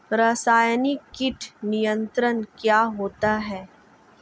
रसायनिक कीट नियंत्रण क्या होता है?